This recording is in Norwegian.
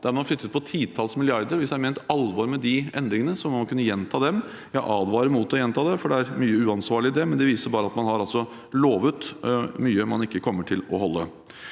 der man har flyttet på titalls milliarder, og hvis det er ment alvor med de endringene, må man kunne gjenta dem. Jeg advarer mot å gjenta dem, for det er mye uansvarlig i det, men det viser bare at man har lovet mye man ikke kommer til å holde.